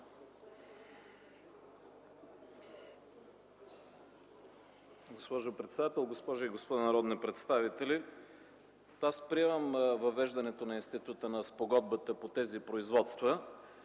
госпожи и господа народни представители! Аз приемам въвеждането на института на спогодбата по тези производства,